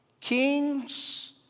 kings